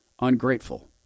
Ungrateful